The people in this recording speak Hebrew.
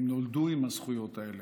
הם נולדו עם הזכויות האלה.